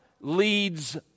leads